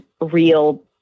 real